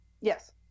Yes